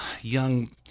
young